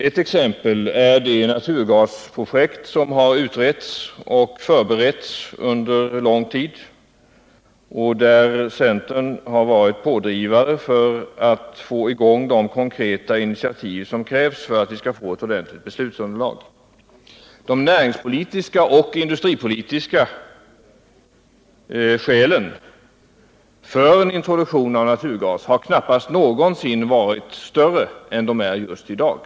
Ett exempel är det naturgasprojekt som har utretts och förberetts under lång tid och där centern har varit pådrivande för att få i gång de konkreta initiativ som krävs för att vi skall få ett ordentligt beslutsunderlag. De näringspolitiska och industripolitiska skälen för introduktion av naturgas har knappast någonsin varit tyngre än de är i dag.